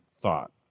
thought –